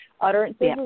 Utterances